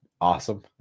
awesome